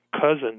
cousin